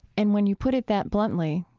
and when you put it that bluntly,